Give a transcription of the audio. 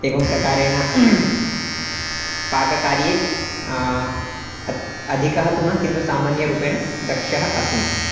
एवं प्रकारेण पाककार्ये अतः अधिकः तु न किन्तु सामान्यरूपेण दक्षः अस्मि